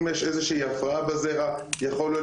אם יש איזה שהיא הפרעה בזרע יכול להיות